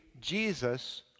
Jesus